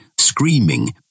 screaming